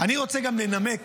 אני רוצה גם לנמק